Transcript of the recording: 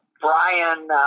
Brian